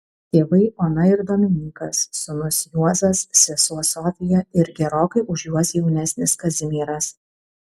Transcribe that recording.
tėvai ona ir dominykas sūnus juozas sesuo sofija ir gerokai už juos jaunesnis kazimieras